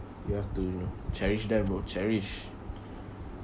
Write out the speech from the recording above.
you have to cherish them bro cherish